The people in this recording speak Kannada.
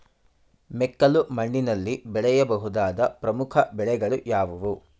ಮೆಕ್ಕಲು ಮಣ್ಣಿನಲ್ಲಿ ಬೆಳೆಯ ಬಹುದಾದ ಪ್ರಮುಖ ಬೆಳೆಗಳು ಯಾವುವು?